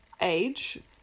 age